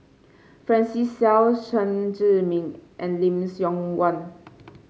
Francis Seow Chen Zhiming and Lim Siong Guan